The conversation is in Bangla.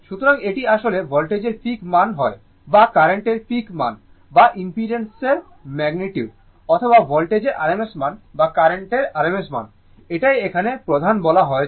সুতরাং এটি আসলে ভোল্টেজের পিক মান হয় বা কার্রেন্টের পিক মান বা ইম্পিডেন্স এর ম্যাগনিটিউড অথবা ভোল্টেজের rms মান বা কার্রেন্টের rms মান এটাই এখানে প্রধান বলা হয়েছে